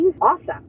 awesome